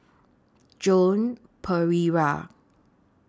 Joan Pereira